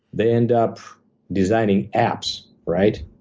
they end up designing apps, right?